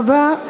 תודה רבה.